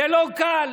זה לא קל,